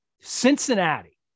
Cincinnati